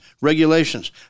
regulations